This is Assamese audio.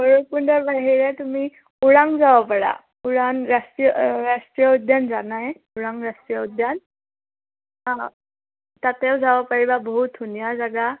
ভৈৰৱকুণ্ডৰ বাহিৰে তুমি ওৰাং যাব পাৰা ওৰাং ৰাষ্ট্ৰীয় ৰাষ্ট্ৰীয় উদ্যান জানাই ওৰাং ৰাষ্ট্ৰীয় উদ্যান অঁ তাতেও যাব পাৰিবা বহুত ধুনীয়া জেগা